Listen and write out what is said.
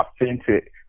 authentic